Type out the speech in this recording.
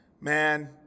Man